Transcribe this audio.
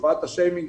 תופעת השיימינג,